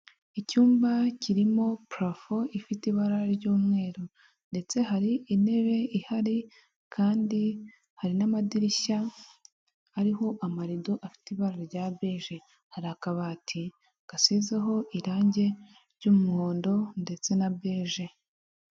Icyumba kirimo parafo ifite ibara ry'umweru ndetse hari intebe ihari kandi hari n'amadirishya ariho amarido afite ibara rya beje, hari akabati gasizeho irange ry'umuhondo ndetse na beje.